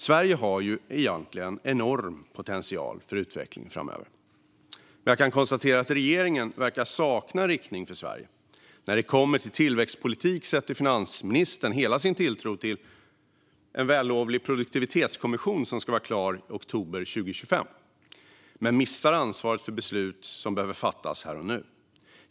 Sveriges utvecklingspotential är egentligen enorm, men regeringen verkar sakna en riktning för Sverige. När det gäller tillväxtpolitiken sätter finansministern hela sin tilltro till en vällovlig produktivitetskommission som ska vara klar i oktober 2025 men tar inte ansvar för beslut som behöver fattas här och nu.